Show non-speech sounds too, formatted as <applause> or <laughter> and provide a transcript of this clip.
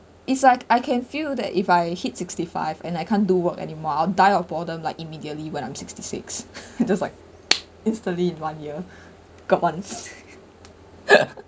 it's like I can feel that if I hit sixty-five and I can't do work anymore I'll die of boredom like immediately when I'm sixty-six <laughs> it just like <noise> instantly in one year got once <laughs>